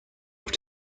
auf